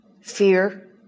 fear